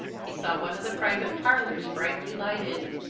he saw one of the private parlors brightly lighted,